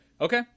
Okay